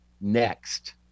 next